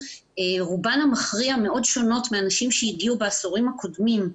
רובן המכריע מאוד שונות מהנשים שהגיעו בעשורים הקודמים.